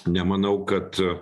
nemanau kad